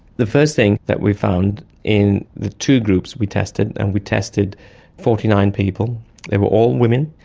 the first thing that we found in the two groups we tested, and we tested forty nine people, they were all women,